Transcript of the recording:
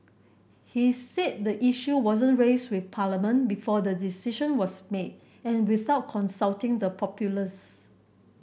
he said the issue wasn't raised with Parliament before the decision was made and without consulting the populace